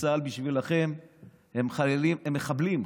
צה"ל בשבילכם הם מחבלים.